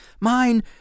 Mine